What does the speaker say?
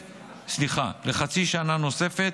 לחצי שנה נוספת,